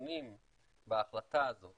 שונים בהחלטה הזאת